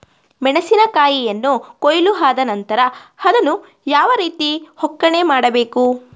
ಮೆಣಸಿನ ಕಾಯಿಯನ್ನು ಕೊಯ್ಲು ಆದ ನಂತರ ಅದನ್ನು ಯಾವ ರೀತಿ ಒಕ್ಕಣೆ ಮಾಡಬೇಕು?